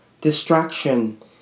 distraction